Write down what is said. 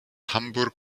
hamburg